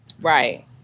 Right